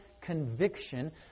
conviction